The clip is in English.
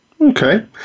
Okay